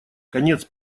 конец